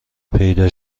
پیدا